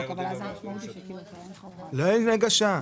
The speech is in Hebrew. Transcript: הצבעה